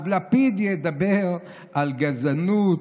אז לפיד ידבר על גזענות?